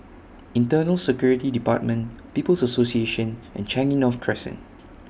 Internal Security department People's Association and Changi North Crescent